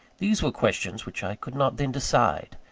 these were questions which i could not then decide.